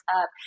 up